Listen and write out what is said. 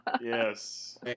yes